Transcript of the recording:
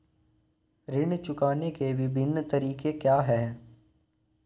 ऋण चुकाने के विभिन्न तरीके क्या हैं?